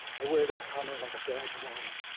i wear that comment like badge of honor.